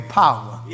power